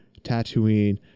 Tatooine